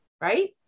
right